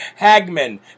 Hagman